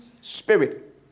spirit